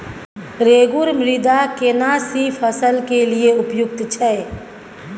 रेगुर मृदा केना सी फसल के लिये उपयुक्त छै?